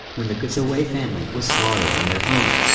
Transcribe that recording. when the cassaway family was slaughtered in their home.